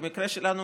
שבמקרה שלנו,